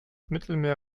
mittelmeer